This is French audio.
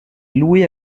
loué